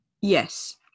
Yes